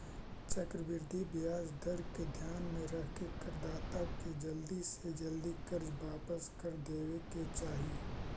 चक्रवृद्धि ब्याज दर के ध्यान में रखके करदाता के जल्दी से जल्दी कर्ज वापस कर देवे के चाही